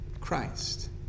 Christ